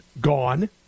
gone